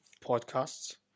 podcasts